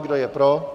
Kdo je pro?